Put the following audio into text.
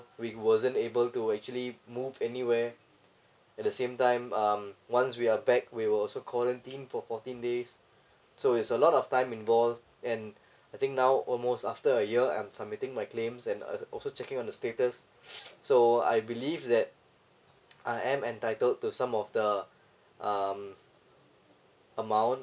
we wasn't able to actually move anywhere at the same time um once we are back we were also quarantine for fourteen days so it's a lot of time involved and I think now almost after a year I'm submitting my claims and uh also checking on the status so I believe that I am entitled to some of the um amount